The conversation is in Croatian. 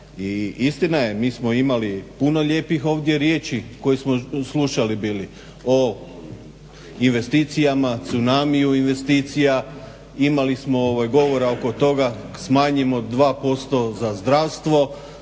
istina je, mi smo imali puno lijepih ovdje riječi koje smo slušali bili o investicijama, tsunamiju investicija, imali smo govora oko toga smanjimo 2% za zdravstvo,